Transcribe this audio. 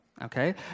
okay